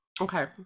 Okay